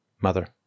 mother